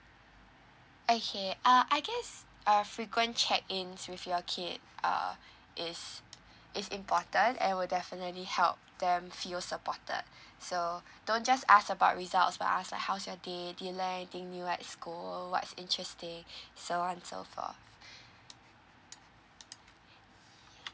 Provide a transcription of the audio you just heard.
okay uh I guess uh frequent check ins with your kid uh is is important and will definitely help them feel supported so don't just ask about results but ask like how's your day did you learn anything new at school what's interesting so on so forth